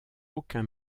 aucun